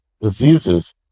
diseases